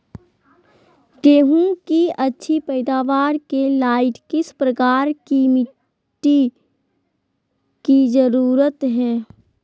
गेंहू की अच्छी पैदाबार के लाइट किस प्रकार की मिटटी की जरुरत है?